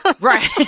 right